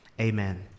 amen